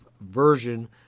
version